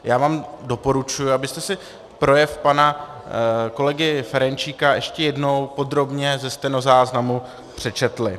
Já vám doporučuji, abyste si projev pana kolegy Ferjenčíka ještě jednou podrobně ze stenozáznamu přečetli.